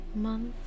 Month